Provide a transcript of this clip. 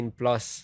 plus